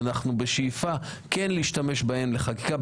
אנחנו בשאיפה כן להשתמש בהן לחקיקה,